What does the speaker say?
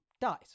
dies